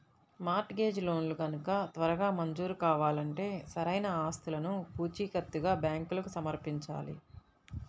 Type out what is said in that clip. mart gauge లోన్లు గనక త్వరగా మంజూరు కావాలంటే సరైన ఆస్తులను పూచీకత్తుగా బ్యాంకులకు సమర్పించాలి